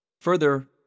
Further